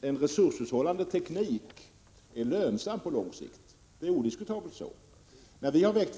en resurshushållande teknik är lönsam på lång sikt — det är odiskutabelt.